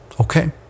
Okay